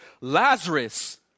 Lazarus